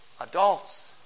adults